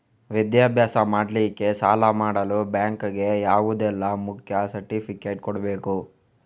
ವಿದ್ಯಾಭ್ಯಾಸ ಮಾಡ್ಲಿಕ್ಕೆ ಸಾಲ ಮಾಡಲು ಬ್ಯಾಂಕ್ ಗೆ ಯಾವುದೆಲ್ಲ ಮುಖ್ಯ ಸರ್ಟಿಫಿಕೇಟ್ ಕೊಡ್ಬೇಕು?